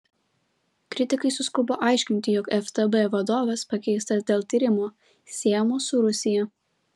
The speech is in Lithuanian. kritikai suskubo aiškinti jog ftb vadovas pakeistas dėl tyrimo siejamo su rusija